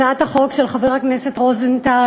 הצעת החוק של חבר הכנסת רוזנטל,